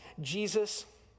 Jesus